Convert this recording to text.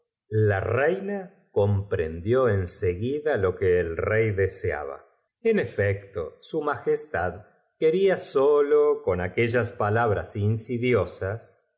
la reina comprendió en seguida lo que res penetró rápidamente en todas las ba el rey deseaba en efecto su quería solo con aquellas palabras insidiosas